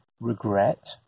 regret